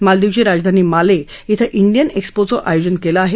मालदीवची राजधानी माले धिं धिंयन एक्स्पोचं आयोजन केलं आहे